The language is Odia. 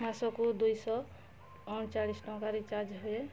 ମାସକୁ ଦୁଇଶହ ଅଣଚାଳିଶ ଟଙ୍କା ରିଚାର୍ଜ ହୁଏ